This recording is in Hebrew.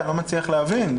אני לא מצליח להבין.